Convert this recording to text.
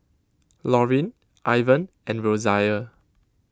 Lorin Ivan and Rosia